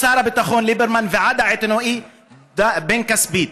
משר הביטחון ליברמן ועד העיתונאי בן כספית.